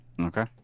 Okay